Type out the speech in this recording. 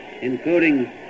including